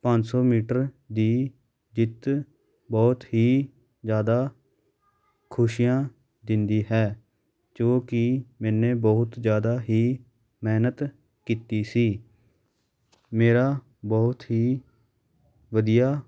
ਪੰਜ ਸੌ ਮੀਟਰ ਦੀ ਜਿੱਤ ਬਹੁਤ ਹੀ ਜ਼ਿਆਦਾ ਖੁਸ਼ੀਆਂ ਦਿੰਦੀ ਹੈ ਜੋ ਕਿ ਮੈਨੇ ਬਹੁਤ ਜ਼ਿਆਦਾ ਹੀ ਮਿਹਨਤ ਕੀਤੀ ਸੀ ਮੇਰਾ ਬਹੁਤ ਹੀ ਵਧੀਆ